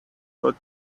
what